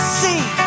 see